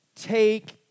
take